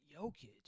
Jokic